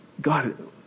God